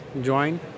join